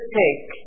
take